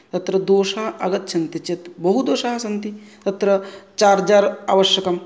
तत्र दोषाः आगच्छन्ति चेत् बहु दोषाः सन्ति तत्र चार्जर् आवश्यकम्